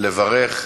לברך.